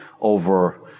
over